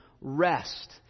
rest